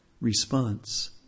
response